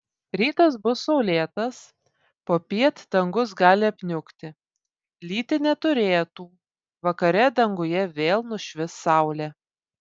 rytas bus saulėtas popiet dangus gali apniukti lyti neturėtų vakare danguje vėl nušvis saulė